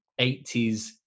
80s